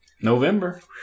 November